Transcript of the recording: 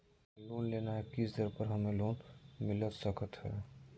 हमें लोन लेना है किस दर पर हमें लोन मिलता सकता है?